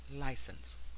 license